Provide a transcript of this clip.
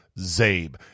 ZABE